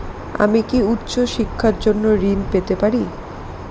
আমি কি উচ্চ শিক্ষার জন্য ঋণ পেতে পারি?